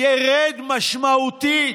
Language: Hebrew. ירד משמעותית.